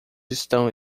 estão